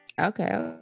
Okay